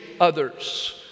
others